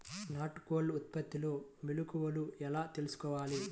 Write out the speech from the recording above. నాటుకోళ్ల ఉత్పత్తిలో మెలుకువలు ఎలా తెలుసుకోవాలి?